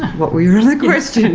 what were your other questions?